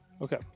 okay